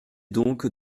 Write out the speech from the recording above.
donc